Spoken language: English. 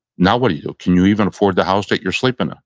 now what do you do? can you even afford the house that you're sleeping in?